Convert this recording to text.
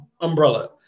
umbrella